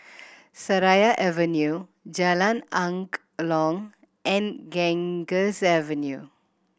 Seraya Avenue Jalan Angklong and Ganges Avenue